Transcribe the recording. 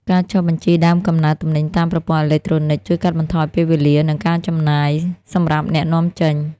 ការចុះបញ្ជីដើមកំណើតទំនិញតាមប្រព័ន្ធអេឡិចត្រូនិក ជួយកាត់បន្ថយពេលវេលា និងការចំណាយសម្រាប់អ្នកនាំចេញ។